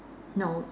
no